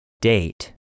Date